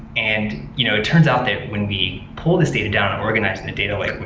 and you know it turns out that we pull this data down and organize and the data lake,